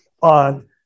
on